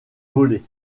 volé